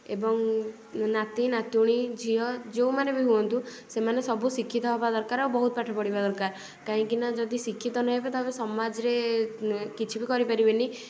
ଏବଂ ନାତି ନାତୁଣୀ ଝିଅ ଯଉମାନେ ବି ହୁଅନ୍ତୁ ସେମାନେ ସବୁ ଶିକ୍ଷିତ ହେବା ଦରକାର ଓ ବହୁତ ପାଠ ପଢିବା ଦରକାର କାହିଁକି ନା ଯଦି ଶିକ୍ଷିତ ନ ହେବେ ତା'ହେଲେ ସମାଜରେ କିଛି ବି କରି ପାରିବେନି